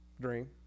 dream